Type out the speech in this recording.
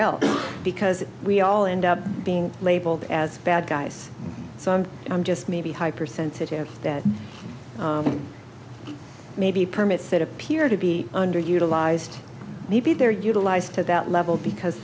else because we all end up being labeled as bad guys so i'm just maybe hyper sensitive that maybe permits that appear to be underutilized maybe they're utilized to that level because